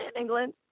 England